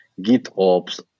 GitOps